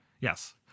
Yes